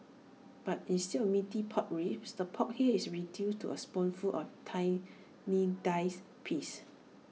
but instead of Meaty Pork Ribs the pork here is reduced to A spoonful of tiny diced pieces